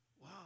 Wow